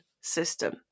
system